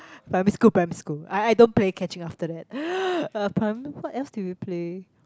primary school primary school I I don't play catching after that uh prim~ what else did we play